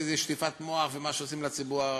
איזה שטיפת מוח עושים לציבור,